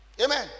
Amen